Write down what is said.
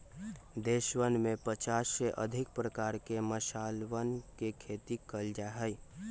देशवन में पचास से अधिक प्रकार के मसालवन के खेती कइल जा हई